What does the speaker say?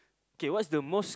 K what's the most